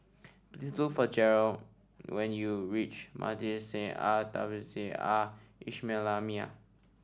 please look for Garold when you reach Madrasah Al Tahzibiah Al Islamiah